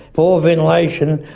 poor ventilation,